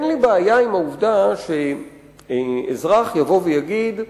אין לי בעיה עם העובדה שאזרח יבוא ויגיד,